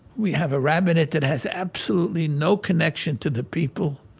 we have a rabbi in it that has absolutely no connection to the people,